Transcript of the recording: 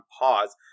pause